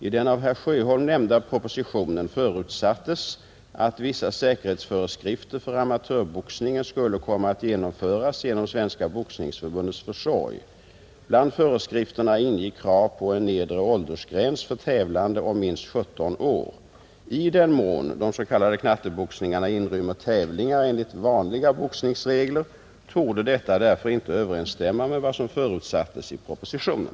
I den av herr Sjöholm nämnda propositionen förutsattes att vissa säkerhetsföreskrifter för amatörboxningen skulle komma att genomföras genom Svenska boxningsförbundets försorg. Bland föreskrifterna ingick krav på en nedre åldersgräns för tävlande om minst 17 år. I den mån de s.k. knatteboxningarna inrymmer tävlingar enligt vanliga boxningsregler torde detta därför inte överensstämma med vad som förutsattes i propositionen.